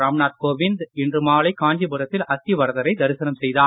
ராம்நாத் கோவிந்த் இன்று மாலை காஞ்சிபுரத்தில் அத்திவரதரை தரிசனம் செய்தார்